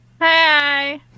Hi